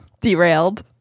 Derailed